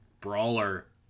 Brawler